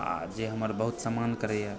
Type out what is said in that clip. आ जे हमर बहुत सम्मान करैए